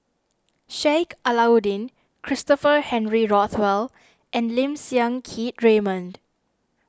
Sheik Alau'ddin Christopher Henry Rothwell and Lim Siang Keat Raymond